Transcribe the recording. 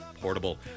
Portable